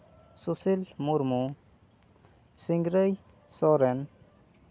Sushil Murmu Singrai Soren